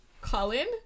Colin